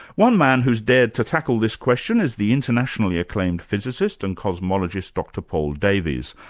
one man who has dared to tackle this question is the internationally acclaimed physicist and cosmologist, dr paul davies,